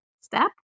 step